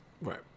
Right